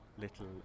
little